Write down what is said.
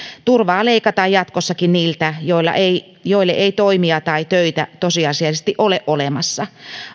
turvaa leikataan jatkossakin niiltä joille ei toimia tai töitä tosiasiallisesti ole olemassa